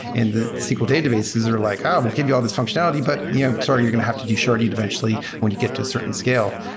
and the sql databases are like, oh! we'll give you all these functionality, but yeah sorry, you're going to have to do sharding eventually when you get to a certain scale.